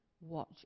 watch